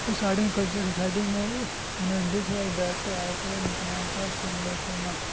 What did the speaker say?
us art and culture society میں N S D سے ایک ڈائریکٹر آئے تھے ان کا نام تھا سریندر شرما